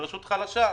ורשות חלשה,